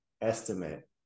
estimate